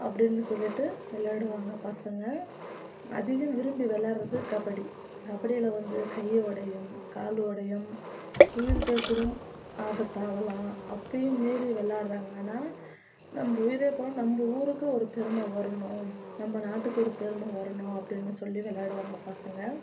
அப்படின்னு சொல்லிவிட்டு விளையாடுவாங்க பசங்கள் அதிகம் விரும்பி விளாட்றது கபடி கபடியில் வந்து கை உடையும் கால் உடையும் உயிருக்கு கூட ஆபத்தாகலாம் அப்போயும் மீறி விளாட்றாங்கன்னா நம்ம உயிர் போனாலும் நம்ம ஊருக்கு ஒரு பெருமை வரணும் நம்ம நாட்டுக்கு ஒரு பெருமை வரணும் அப்படின்னு சொல்லி விளாடுவாங்க பசங்கள்